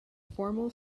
formal